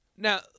Now